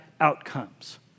outcomes